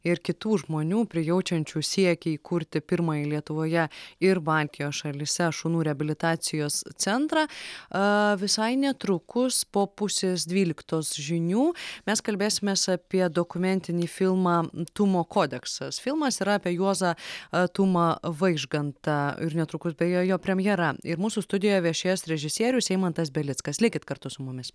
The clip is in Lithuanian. ir kitų žmonių prijaučiančių siekį įkurti pirmąjį lietuvoje ir baltijos šalyse šunų reabilitacijos centrą visai netrukus po pusės dvyliktos žinių mes kalbėsimės apie dokumentinį filmą tumo kodeksas filmas yra apie juozą tumą vaižgantą ir netrukus beje jo premjera ir mūsų studijoje viešės režisierius eimantas belickas likit kartu su mumis